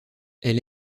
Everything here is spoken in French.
elle